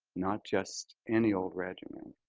not just any old regimen.